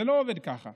זה לא עובד ככה.